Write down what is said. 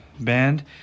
band